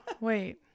Wait